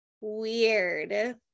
weird